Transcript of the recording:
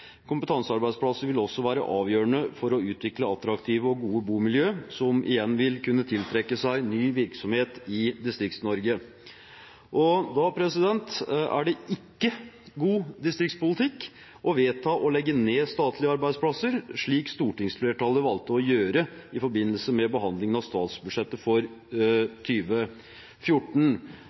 kompetansearbeidsplasser vil også være avgjørende for å utvikle attraktive og gode bomiljøer, som igjen vil kunne tiltrekke seg ny virksomhet i Distrikts-Norge. Da er det ikke god distriktspolitikk å vedta å legge ned statlige arbeidsplasser, slik stortingsflertallet valgte å gjøre i forbindelse med behandlingen av statsbudsjettet for